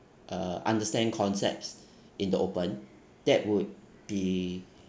uh understand concepts in the open that would be